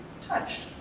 touched